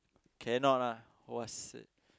cannot ah !wahseh!